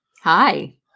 Hi